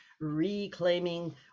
Reclaiming